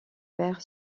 perd